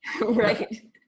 Right